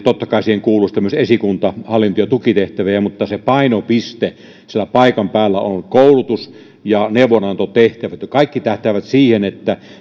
totta kai siihen kuuluu sitten myös esikunta hallinto ja tukitehtäviä mutta painopiste siellä paikan päällä on koulutus ja neuvonantotehtävät kaikki tähtäävät siihen että